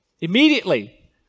Immediately